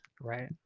right